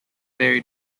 very